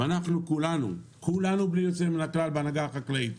ואחרי זה כולנו באמת כולנו בהנהגה החקלאית,